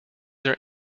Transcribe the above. there